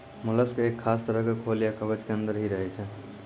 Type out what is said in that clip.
mollusc एक खास तरह के खोल या कवच के अंदर हीं रहै छै